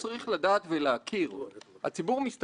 ארגוני החברה האזרחית כמובן